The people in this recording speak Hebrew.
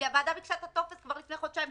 כי הוועדה ביקשה את הטופס כבר לפני חודשיים,